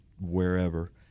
wherever